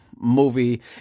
movie